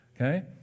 Okay